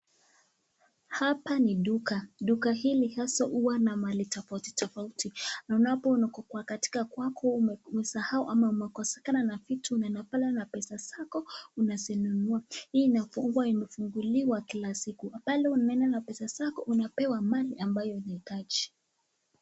Hapa ni duka. Duka hili haswa huwa na mali tofauti tofauti na unapo uko katika kwako na umesahau ama umekosekana na vitu unaenda pale na pesa zako unazinunua. Hii inafungwa na kufunguliwa kila siku. Pale unaenda na pesa zako unapewa mali ambayo unahitaji.